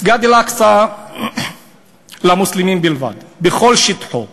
מסגד אל-אקצא, למוסלמים בלבד, בכל שטחו,